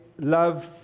love